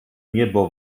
niebo